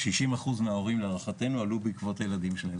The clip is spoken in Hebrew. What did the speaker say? להערכתנו 60% מההורים עלו בעקבות הילדים שלהם.